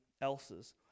else's